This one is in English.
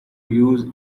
use